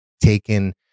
taken